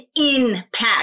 impact